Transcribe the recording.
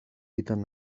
ήταν